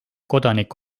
kodanik